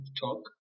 talk